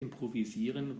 improvisieren